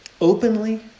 openly